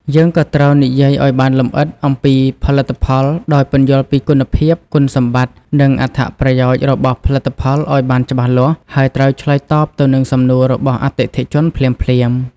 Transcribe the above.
យើងក៏ត្រូវនិយាយឲ្យបានលម្អិតអំពីផលិតផល ដោយពន្យល់ពីគុណភាព គុណសម្បត្តិ និងអត្ថប្រយោជន៍របស់ផលិតផលឲ្យបានច្បាស់លាស់ ហើយត្រូវឆ្លើយតបទៅនឹងសំណួររបស់អតិថិជនភ្លាមៗ។